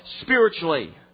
spiritually